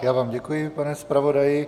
Já vám děkuji, pane zpravodaji.